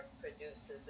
produces